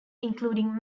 including